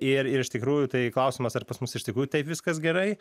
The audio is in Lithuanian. ir ir iš tikrųjų tai klausimas ar pas mus iš tikrųjų taip viskas gerai